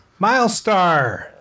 Milestar